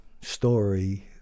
story